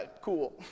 cool